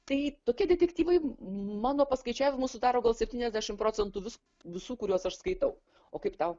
tai tokie detektyvai mano paskaičiavimu sudaro gal septyniasdešimt procentų visų kuriuos aš skaitau o kaip tau